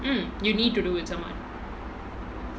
mm you need to do with someone